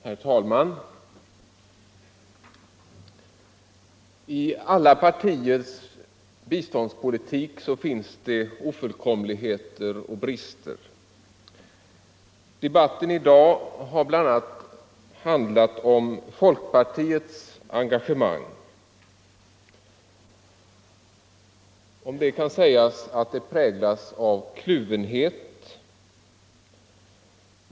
Herr talman! I alla partiers biståndspolitik finns det ofullkomligheter och brister. Debatten har i dag bl.a. handlat om folkpartiets engagemang. Om det kan sägas att det präglas av kluvenhet.